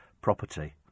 property